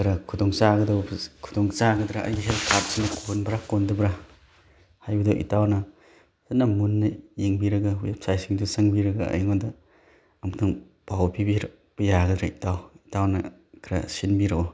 ꯈꯔ ꯈꯨꯗꯣꯡꯆꯥꯒꯗꯕ ꯈꯨꯗꯣꯡ ꯆꯥꯒꯗ꯭ꯔꯥ ꯑꯩꯒꯤ ꯍꯦꯜꯠ ꯀꯥꯔꯠꯁꯤꯅ ꯀꯣꯟꯕ꯭ꯔꯥ ꯀꯣꯟꯗꯕ꯭ꯔꯥ ꯍꯥꯏꯕꯗꯨ ꯏꯇꯥꯎꯅ ꯈꯔ ꯃꯨꯟꯅ ꯌꯦꯡꯕꯤꯔꯒ ꯋꯦꯞꯁꯥꯏꯠꯁꯤꯡꯗꯣ ꯆꯪꯕꯤꯔꯒ ꯑꯩꯉꯣꯟꯗ ꯑꯃꯨꯛꯇꯪ ꯄꯥꯎ ꯄꯤꯕꯤꯔꯛꯄ ꯌꯥꯒꯗ꯭ꯔꯥ ꯏꯇꯥꯎ ꯏꯇꯥꯎꯅ ꯈꯔ ꯁꯤꯟꯕꯤꯔꯛꯑꯣ